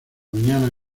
mañana